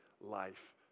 life